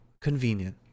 Convenient